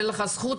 אין לך זכות,